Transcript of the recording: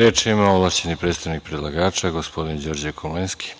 Reč ima ovlašćeni predstavnik predlagača, Đorđe Komlenski. **Đorđe Komlenski**